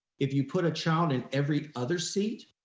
if you put a child in every other seat,